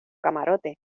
camarote